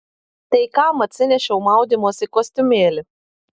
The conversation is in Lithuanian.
tai kam atsinešiau maudymosi kostiumėlį